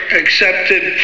accepted